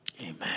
Amen